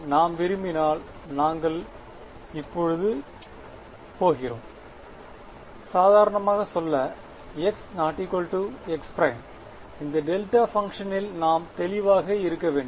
நாம் விரும்பினால் நாங்கள் இப்போது போகிறோம் சாதாரணமாக சொல்ல x x′ இந்த டெல்டா பங்க்ஷனில் நாம் தெளிவாக இருக்க வேண்டும்